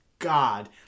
God